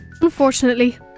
Unfortunately